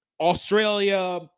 Australia